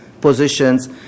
positions